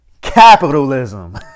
Capitalism